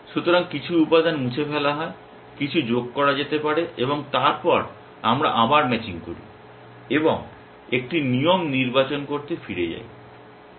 সুতরাং কিছু উপাদান মুছে ফেলা হয় কিছু যোগ করা যেতে পারে এবং তারপর আমরা আবার ম্যাচিং করি এবং একটি নিয়ম নির্বাচন করতে ফিরে যাই